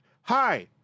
hi